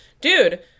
dude